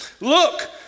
Look